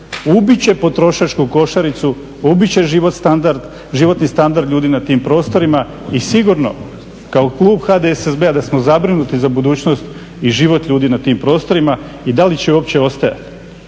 ubit će potrošačku košaricu, ubit će životni standard ljudi na tim prostorima i sigurno kao klub HDSSB-a da smo zabrinuti za budućnost i život ljudi na tim prostorima i da li će uopće ostajati.